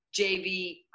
JV